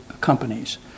companies